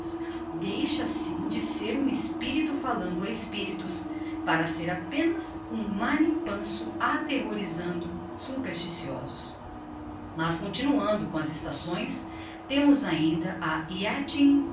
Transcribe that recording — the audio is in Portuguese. assim de ser um espirito fallando a espiritos para ser apenas um manipanso aterrorizando supersticiosos mas continuando com as estações temos ainda